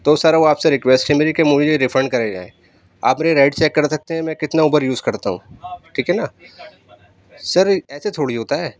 تو سر وہ آپ سے ریکویسٹ ہے میری کہ مجھے یہ ریفنڈ کرے جائیں آپ میرا رائڈ چیک کر سکتے ہیں میں کتنا اوبر یوز کرتا ہوں ٹھیک ہے نا سر ایسے تھوڑی ہوتا ہے